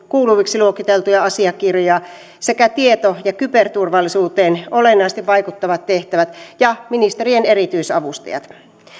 kuuluviksi luokiteltuja asiakirjoja tieto ja kyberturvallisuuteen olennaisesti vaikuttavat tehtävät sekä ministerien erityisavustajat